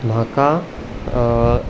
म्हाका